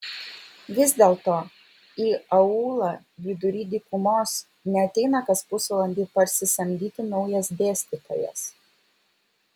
vis dėlto į aūlą vidury dykumos neateina kas pusvalandį parsisamdyti naujas dėstytojas